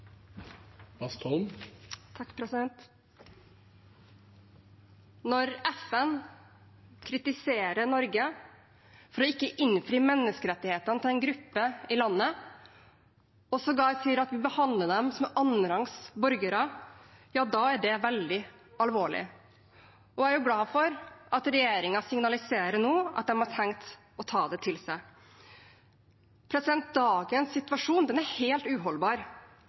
Når FN kritiserer Norge for ikke å innfri menneskerettighetene til en gruppe i landet, og sågar sier at vi behandler dem som annenrangs borgere, er det veldig alvorlig. Jeg er glad for at regjeringen nå signaliserer at de har tenkt å ta det til seg. Dagens situasjon er helt uholdbar.